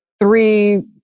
three